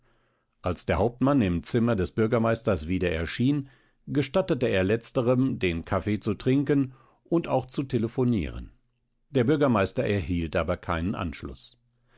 als der hauptmann im zimmer des bürgermeisters wieder erschien gestattete er letzterem den kaffee zu trinken und auch zu telephonieren der bürgermeister erhielt aber keinen anschluß